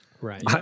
right